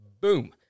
boom